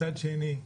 מצד שני,